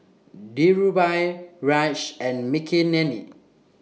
Dhirubhai Raj and Makineni